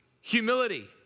Humility